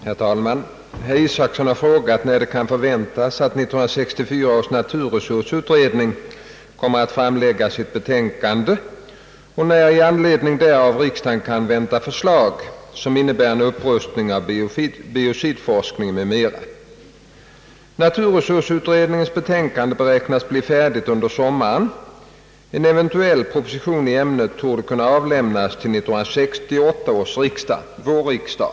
Herr talman! Herr Isacson har frågat mig när det kan förväntas att 1964 års naturresursutredning kommer att framlägga sitt betänkande och när i anledning därav riksdagen kan vänta förslag, som innebär en upprustning av biocidforskningen m.m. Naturresursutredningens betänkande beräknas bli färdigt under sommaren. En eventuell proposition i ämnet torde kunna avlämnas till 1968 års vårriksdag.